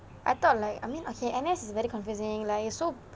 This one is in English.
I thought like I mean okay N_S is very confusing like so